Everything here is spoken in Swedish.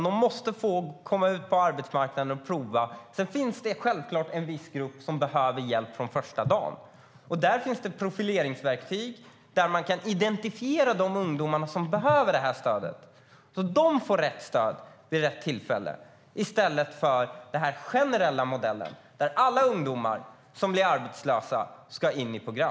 De måste få komma ut på arbetsmarknaden och prova på att arbeta. Sedan finns det självklart en grupp som behöver hjälp från första dagen. Där finns det profileringsverktyg som gör att man kan identifiera de ungdomar som behöver stöd, så att de får rätt stöd vid rätt tillfälle i stället för den generella modellen där alla ungdomar som blir arbetslösa ska in i program.